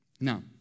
Now